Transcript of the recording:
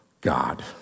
God